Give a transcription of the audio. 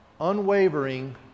unwavering